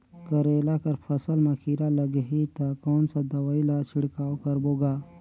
करेला कर फसल मा कीरा लगही ता कौन सा दवाई ला छिड़काव करबो गा?